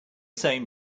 same